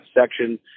section